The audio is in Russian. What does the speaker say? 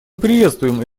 приветствуем